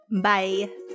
Bye